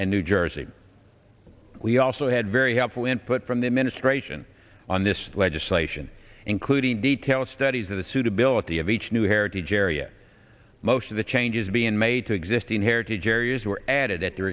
and new jersey we also had very helpful input from the administration on this legislation including details studies of the suitability of each new heritage area most of the changes being made to existing heritage areas were added at t